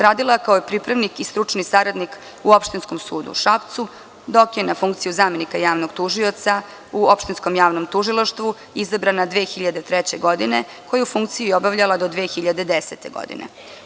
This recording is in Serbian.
Radila je kao pripravnik i stručni saradnik u Opštinskom sudu u Šapcu, dok je na funkciju zamenika javnog tužioca u Opštinskom javnom tužilaštvu izabrana 2003. godine, koju funkciju je obavljala do 2010. godine.